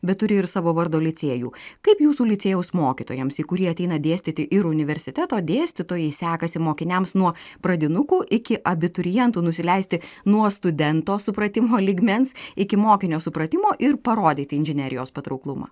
bet turi ir savo vardo licėjų kaip jūsų licėjaus mokytojams į kurį ateina dėstyti ir universiteto dėstytojai sekasi mokiniams nuo pradinukų iki abiturientų nusileisti nuo studento supratimo lygmens iki mokinio supratimo ir parodyti inžinerijos patrauklumą